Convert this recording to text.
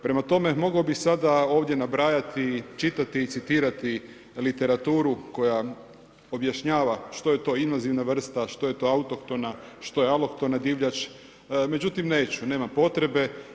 Prema tome, mogao bi sada ovdje nabrajati, čitati i citirati literaturu koja objašnjava što je to invazivna vrsta, što je to autohtona, što je alohtona divljač, međutim neću, nema potrebe.